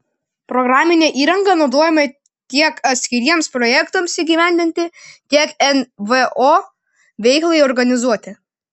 programinė įranga naudojama tiek atskiriems projektams įgyvendinti tiek nvo veiklai organizuoti